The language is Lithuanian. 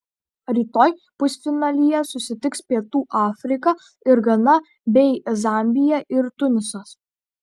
rytoj pusfinalyje susitiks pietų afrika ir gana bei zambija ir tunisas